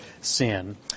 sin